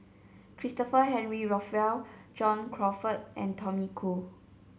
Christopher Henry Rothwell John Crawfurd and Tommy Koh